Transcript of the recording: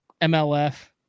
MLF